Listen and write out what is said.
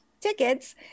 tickets